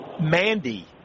Mandy